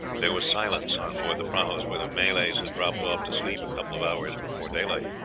there was silence on board the prahus, where the malays had dropped off to sleep a couple of hours before daylight.